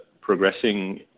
progressing